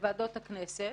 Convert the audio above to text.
בוועדות הכנסת,